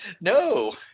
No